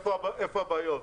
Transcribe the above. איפה הבעיות.